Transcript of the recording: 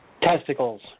Testicles